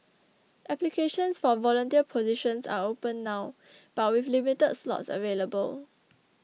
applications for volunteer positions are open now but with limited slots available